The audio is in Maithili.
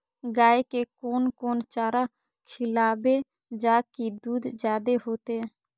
गाय के कोन कोन चारा खिलाबे जा की दूध जादे होते?